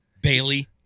Bailey